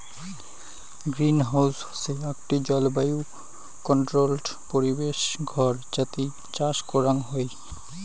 greenhouse হসে আকটি জলবায়ু কন্ট্রোল্ড পরিবেশ ঘর যাতি চাষ করাং হই